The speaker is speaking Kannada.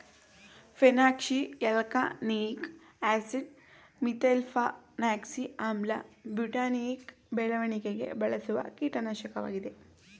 ಪೇನಾಕ್ಸಿಯಾಲ್ಕಾನಿಯಿಕ್ ಆಸಿಡ್, ಮೀಥೈಲ್ಫೇನಾಕ್ಸಿ ಆಮ್ಲ, ಬ್ಯುಟಾನೂಯಿಕ್ ಬೆಳೆಗಳಿಗೆ ಬಳಸುವ ಕೀಟನಾಶಕವಾಗಿದೆ